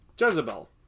Jezebel